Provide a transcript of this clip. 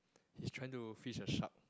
he's trying to fish a shark